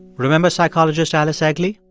remember psychologist alice eagly?